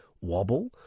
wobble